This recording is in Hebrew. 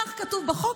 כך כתוב בחוק,